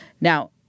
Now